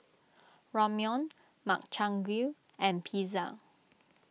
Ramyeon Makchang Gui and Pizza